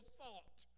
thought